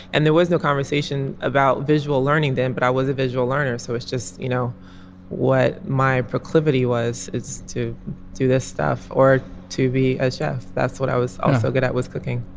and there was no conversation about visual learning them. but i was a visual learner. so it's just you know what my proclivity was it's to do this stuff or to be a chef that's what i was ah so good at was cooking.